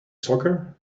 soccer